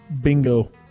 Bingo